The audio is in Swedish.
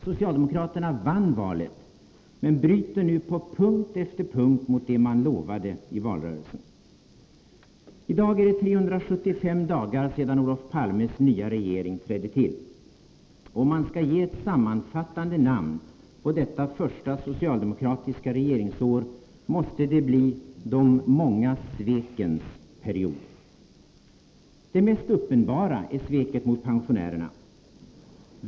Socialdemokraterna vann valet men bryter nu på punkt efter punkt mot vad de lovade i valrörelsen. I dag är det 375 dagar sedan Olof Palmes nya regering trädde till. Om man skall ge ett sammanfattande namn på detta första socialdemokratiska regeringsår, måste det bli de många svekens period. Det mest uppenbara är sveket mot pensionärerna.